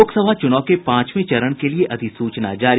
लोकसभा चूनाव के पांचवे चरण के लिये अधिसूचना जारी